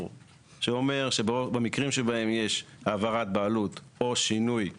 שאומר שבמקרים שבהם יש העברת בעלות או שינוי בבעלות,